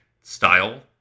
style